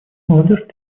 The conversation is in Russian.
молодежь